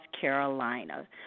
Carolina